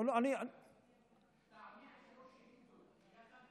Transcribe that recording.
--- אתה עונה על שלוש ביחד?